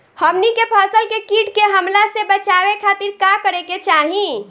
हमनी के फसल के कीट के हमला से बचावे खातिर का करे के चाहीं?